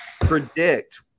predict –